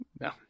no